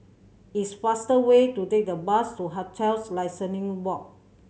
it's faster way to take the bus to Hotels Licensing Board